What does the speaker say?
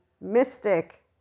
mystic